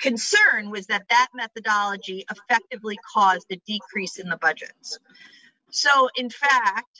concern was that that methodology effectively caused the decrease in the budgets so in fact